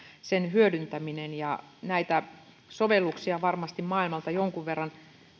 sen hyödyntäminen näitä sovelluksia varmasti maailmalta jonkun verran